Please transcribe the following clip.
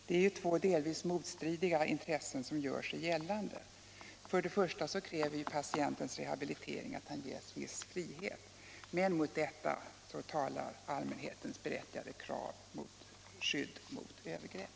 Det är ju två delvis motstridiga intressen som gör sig gällande. Patientens rehabilitering kräver att han ges viss frihet, men mot detta talar allmänhetens berättigade krav på skydd mot över grepp.